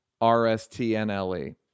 R-S-T-N-L-E